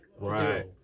right